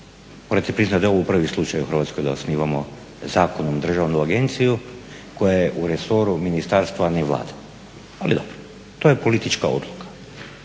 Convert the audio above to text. Morate priznati da je ovo prvi slučaj u Hrvatskoj da osnivamo zakonom državnu agenciju koja je u resoru ministarstva, a ne Vlade. Ali dobro, to je politička odluka.